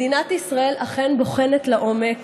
מדינת ישראל אכן בוחנת לעומק